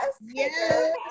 Yes